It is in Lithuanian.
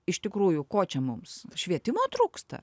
iš tikrųjų ko čia mums švietimo trūksta